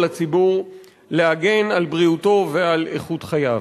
הציבור להגן על בריאותו ועל איכות חייו.